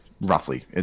roughly